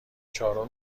چهارم